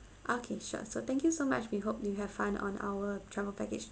okay sure so thank you so much we hope you have fun on our travel package